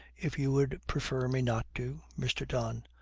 if you would prefer me not to mr. don.